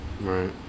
Right